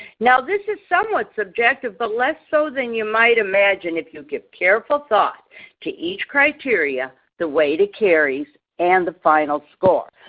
now this is somewhat subjective but less so than you might imagine if you give careful thought to each criteria, the weight it carries, and the final score.